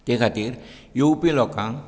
ते खातीर येवपी लोकांक